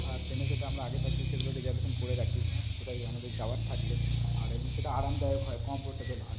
আর ট্রেনে সেটা আমরা আগে থাকতেই সেগুলো রিজার্ভেশন করে রাখি কোথায় আমাদের যাওয়ার থাকলে আর এমনি সেটা আরামদায়ক হয় কমফর্টেবল হয়